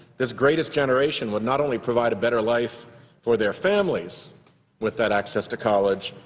this greatest generation would not only provide a better life for their families with that access to college,